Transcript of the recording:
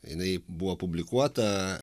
jinai buvo publikuota